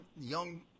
young